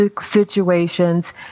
situations